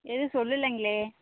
எதுவும் சொல்லலைங்களே